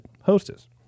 hostess